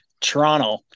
Toronto